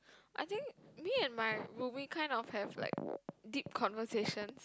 I think me and my well we kind of have like deep conversation